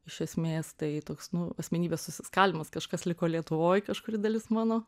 iš esmės tai toks nuo asmenybės susiskaldymas kažkas liko lietuvoj kažkuri dalis mano